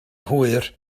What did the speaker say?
hwyr